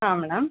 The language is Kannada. ಹಾಂ ಮೇಡಮ್